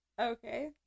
Okay